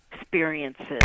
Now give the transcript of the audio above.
experiences